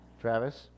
Travis